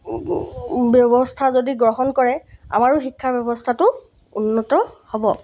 ব্যৱস্থা যদি গ্ৰহণ কৰে আমাৰো শিক্ষা ব্যৱস্থাটো উন্নত হ'ব